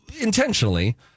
intentionally